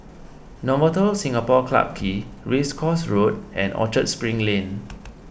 Novotel Singapore Clarke Quay Race Course Road and Orchard Spring Lane